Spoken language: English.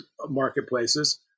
marketplaces